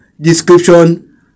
description